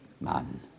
man